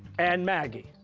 and maggie,